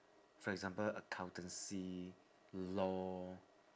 for example accountancy law